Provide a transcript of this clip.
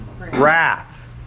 wrath